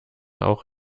auch